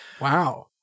wow